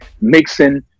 mixing